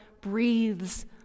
breathes